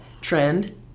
trend